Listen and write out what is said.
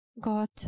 God